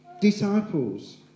Disciples